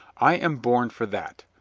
i am born for that.